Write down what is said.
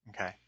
Okay